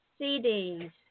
CDs